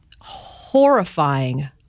horrifying